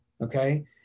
Okay